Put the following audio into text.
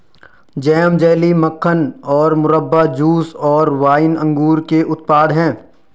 jam, jelly, मक्खन और मुरब्बा, जूस और वाइन अंगूर के उत्पाद हैं